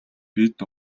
бид